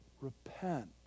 Repent